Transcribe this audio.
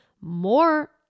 more